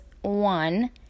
one